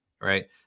right